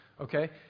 okay